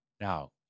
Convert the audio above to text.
Now